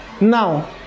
Now